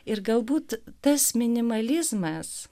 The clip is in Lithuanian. ir galbūt tas minimalizmas